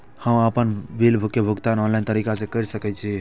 हम आपन बिल के भुगतान ऑनलाइन तरीका से कर सके छी?